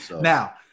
Now